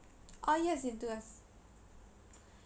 ah yes we do have